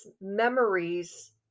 memories